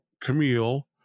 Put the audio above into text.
Camille